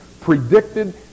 predicted